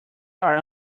are